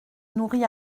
nourris